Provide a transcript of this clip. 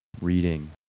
reading